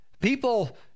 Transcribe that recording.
people